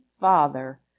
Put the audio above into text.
Father